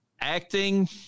acting